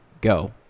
go